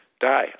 die